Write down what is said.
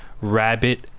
Rabbit